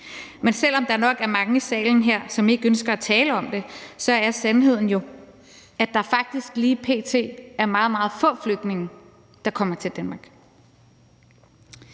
Men selv om der nok er mange i salen her, som ikke ønsker at tale om det, er sandheden jo, at der faktisk lige p.t. er meget, meget få flygtninge, der kommer til Danmark.